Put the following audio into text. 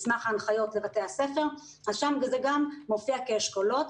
מסמך ההנחיות לבתי הספר, זה גם מופיע כשאכולות.